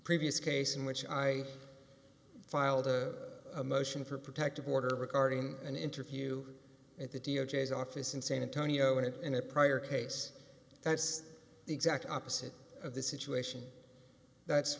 previous case in which i filed a motion for protective order regarding an interview at the d o j office in san antonio and in a prior case that's the exact opposite of the situation that's